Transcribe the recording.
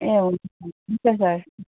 ए हुन्छ सर